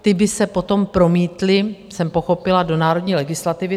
Ty by se potom promítly jsem pochopila do národní legislativy.